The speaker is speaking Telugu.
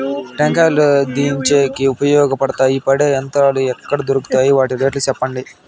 టెంకాయలు దించేకి ఉపయోగపడతాయి పడే యంత్రాలు ఎక్కడ దొరుకుతాయి? వాటి రేట్లు చెప్పండి?